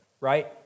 right